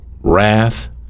wrath